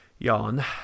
Jan